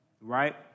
right